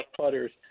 putters